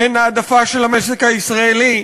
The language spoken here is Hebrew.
אין העדפה של המשק הישראלי,